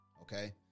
okay